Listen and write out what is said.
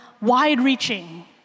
wide-reaching